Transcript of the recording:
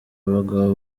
bagabo